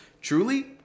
truly